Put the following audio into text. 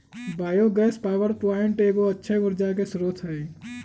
bio gas power plant एगो अक्षय ऊर्जा के स्रोत हइ